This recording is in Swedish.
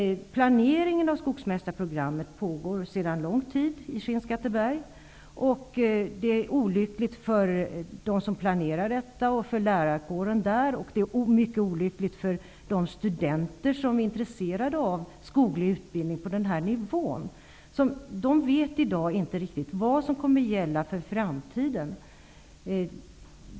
Planeringen av skogsmästarprogrammet pågår i Skinnskatteberg sedan lång tid, och det är olyckligt för dem som planerar detta, för lärarkåren och för de studenter som är intresserade av skoglig utbildning på den här nivån. De vet i dag inte vad som kommer att gälla i framtiden.